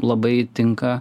labai tinka